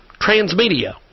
Transmedia